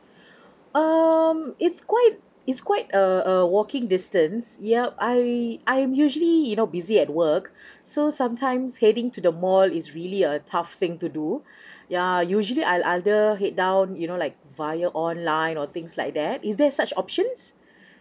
um it's quite it's quite a a walking distance yup I I'm usually you know busy at work so sometimes heading to the mall is really a tough thing to do yeah usually I'll rather head down you know like via online or things like that is there such options